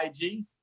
IG